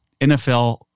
NFL